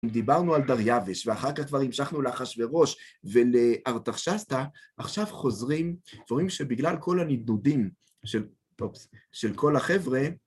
דיברנו על דרייבש, ואחר כך כבר המשכנו לאחשוורש ולארטרשסטה, עכשיו חוזרים דברים שבגלל כל הנידודים של כל החבר'ה,